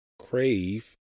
crave